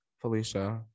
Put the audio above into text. felicia